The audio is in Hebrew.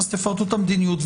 אז תפרטו את המדיניות,